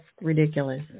ridiculous